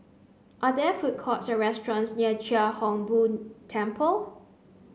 are there food courts or restaurants near Chia Hung Boo Temple